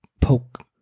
poke